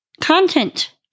content